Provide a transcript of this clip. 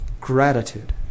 gratitude